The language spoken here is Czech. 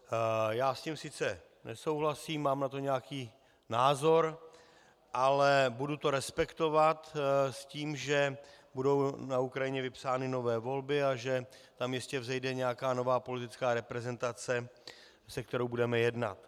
Já s tím sice nesouhlasím, mám na to nějaký názor, ale budu to respektovat s tím, že budou na Ukrajině vypsány nové volby a že tam jistě vzejde nějaká nová politická reprezentace, se kterou budeme jednat.